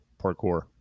parkour